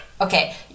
Okay